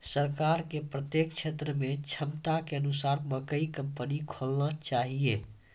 सरकार के प्रत्येक क्षेत्र मे क्षमता के अनुसार मकई कंपनी खोलना चाहिए?